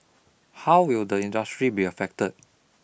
how will the industry be affected